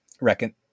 reckon